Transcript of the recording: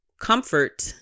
comfort